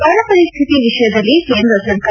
ಬರ ಪರಿಸ್ಟಿತಿ ವಿಷಯದಲ್ಲಿ ಕೇಂದ್ರ ಸರ್ಕಾರ